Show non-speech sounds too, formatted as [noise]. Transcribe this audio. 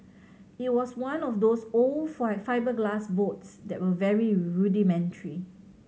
[noise] it was one of those old [unintelligible] fibreglass boats that were very rudimentary